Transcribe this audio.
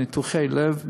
בניתוחי לב,